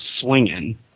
swinging